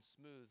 smooth